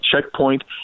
checkpoint